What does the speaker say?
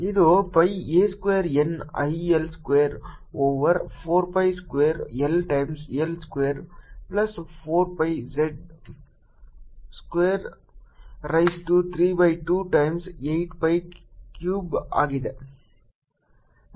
ಇದು pi a square N I L square over 4 pi square L times L square plus 4 pi square z square raise to 3 by 2 times 8 pi cubed ಆಗಿದೆ